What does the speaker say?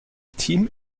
team